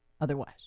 otherwise